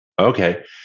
Okay